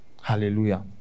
Hallelujah